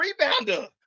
rebounder